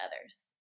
others